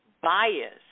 bias